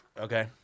Okay